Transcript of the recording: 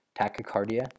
Tachycardia